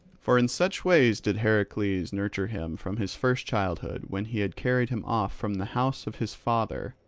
for in such ways did heracles nurture him from his first childhood when he had carried him off from the house of his father,